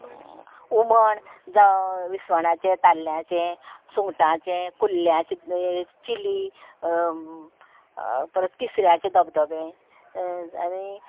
हुमण जावं विसवणाचें ताल्ल्याचें सुंगटांचें कुल्ल्याचें चिली परत तिसऱ्याचें धबधबें आनी